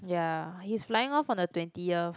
ya he's flying off on the twentieth